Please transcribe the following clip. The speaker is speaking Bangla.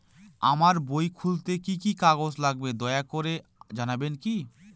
আমার বই খুলতে কি কি কাগজ লাগবে দয়া করে জানাবেন কি?